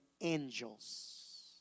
angels